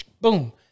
Boom